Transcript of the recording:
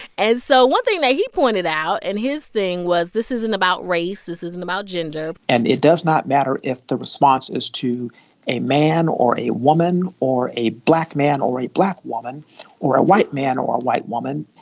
and so one thing that he pointed out and his thing was this isn't about race. this isn't about gender and it does not matter if the response is to a man or a woman or a black man or a black woman or a white man or a white woman.